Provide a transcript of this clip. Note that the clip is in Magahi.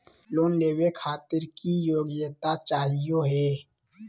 लोन लेवे खातीर की योग्यता चाहियो हे?